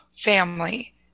Family